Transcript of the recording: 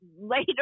later